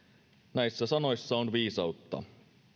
näissä sanoissa on viisautta